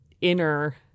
inner